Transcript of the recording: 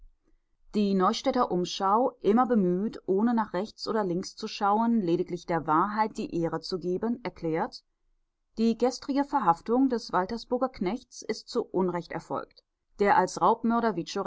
die neustädter umschau immer bemüht ohne nach rechts oder links zu schauen lediglich der wahrheit die ehre zu geben erklärt die gestrige verhaftung des waltersburger knechts ist zu unrecht erfolgt der als